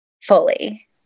fully